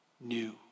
new